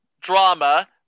drama